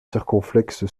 circonflexe